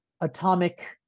Atomic